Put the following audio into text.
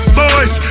boys